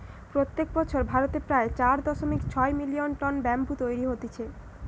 প্রত্যেক বছর ভারতে প্রায় চার দশমিক ছয় মিলিয়ন টন ব্যাম্বু তৈরী হতিছে